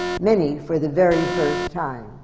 many for the very first time.